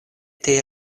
tie